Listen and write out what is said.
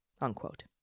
unquote